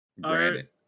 granted